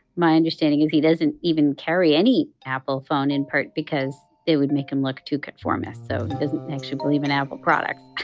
my understanding is he doesn't even carry any apple phone in part because it would make him look too conformist. so he doesn't actually believe in apple products.